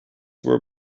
were